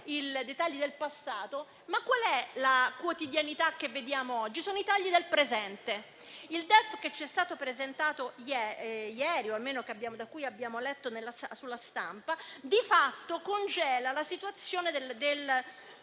e dei tagli del passato, ma qual è la quotidianità che vediamo oggi? Sono i tagli del presente. Il DEF che ci è stato presentato ieri, o almeno di cui abbiamo letto sulla stampa, di fatto congela la situazione del bilancio